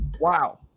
Wow